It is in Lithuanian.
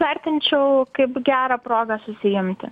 vertinčiau kaip gerą progą susiimti